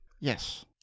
Yes